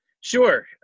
Sure